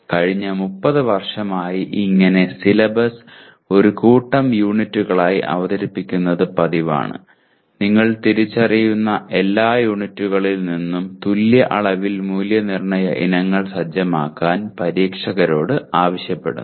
കഴിഞ്ഞ 30 വർഷമായി ഇങ്ങനെ സിലബസ് ഒരു കൂട്ടം യൂണിറ്റുകളായി അവതരിപ്പിക്കുന്ന പതിവാണ് നിങ്ങൾ തിരിച്ചറിയുന്ന എല്ലാ യൂണിറ്റുകളിൽ നിന്നും തുല്യ അളവിൽ മൂല്യനിർണ്ണയ ഇനങ്ങൾ സജ്ജമാക്കാൻ പരീക്ഷകരോട് ആവശ്യപ്പെടുന്നു